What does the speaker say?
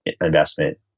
investment